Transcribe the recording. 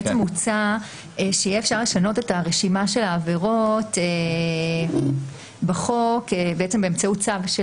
מוצע שיהיה אפשר לשנות את הרשימה של העבירות בחוק באמצעות צו של